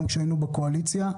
גם כשהיינו בקואליציה,